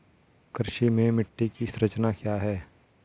कृषि में मिट्टी की संरचना क्या है?